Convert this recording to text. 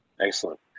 excellent